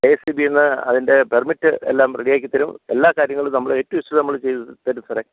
K S E B യിൽ നിന്ന് അതിൻ്റെ പെർമിറ്റ് എല്ലാം റെഡിയാക്കി തരും എല്ലാ കാര്യങ്ങളും നമ്മൾ എ ടു ഇസഡ് നമ്മള് ചെയ്ത് തരും സാറേ